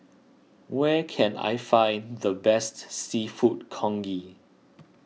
where can I find the best Seafood Congee